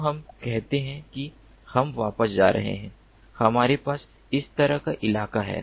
तो हम कहते हैं कि हम वापस जा रहे हैं हमारे पास इस तरह का इलाका है